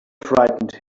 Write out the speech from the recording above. frightened